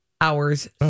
hours